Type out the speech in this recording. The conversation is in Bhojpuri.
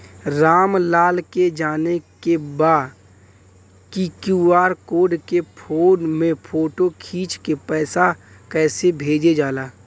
राम लाल के जाने के बा की क्यू.आर कोड के फोन में फोटो खींच के पैसा कैसे भेजे जाला?